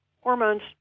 hormones